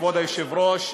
כבוד היושב-ראש,